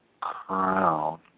crown